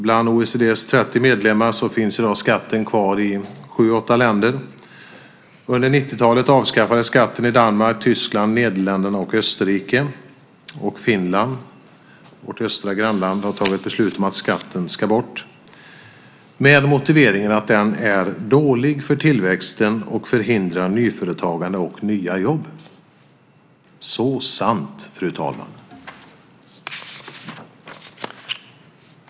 Bland OECD:s 30 medlemmar finns i dag skatten kvar i sju åtta länder. Under 90-talet avskaffades skatten i Danmark, Tyskland, Nederländerna och Österrike. Finland, vårt östra grannland, har fattat beslut om att skatten ska bort med motiveringen att den är dålig för tillväxten och förhindrar nyföretagande och nya jobb. Så sant, fru talman!